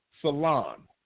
salon